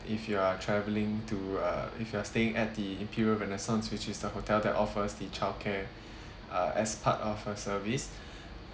if you are traveling to uh if you are staying at the imperial renaissance which is the hotel that offers the childcare uh as part of a service